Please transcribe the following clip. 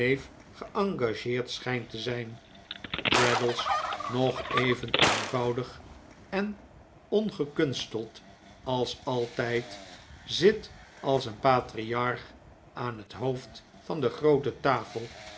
geengageerd schijnt te zijn traddles nog even eenvoudig en ongekunsteld als altijd zit als een patriarch aan het hoofd van de groote tafel